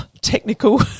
technical